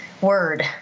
word